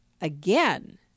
again